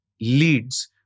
leads